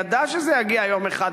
היא ידעה שזה יגיע יום אחד,